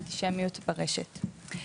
אנטישמיות ברשת.